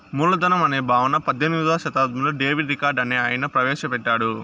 మూలధనం అనే భావన పద్దెనిమిదో శతాబ్దంలో డేవిడ్ రికార్డో అనే ఆయన ప్రవేశ పెట్టాడు